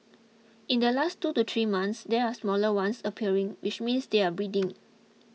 in the last two to three months there are smaller ones appearing which means they are breeding